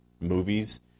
movies